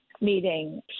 meeting